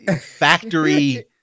factory